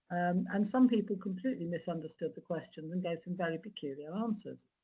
and some people completely misunderstood the question and gave some very peculiar answers.